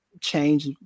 change